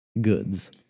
goods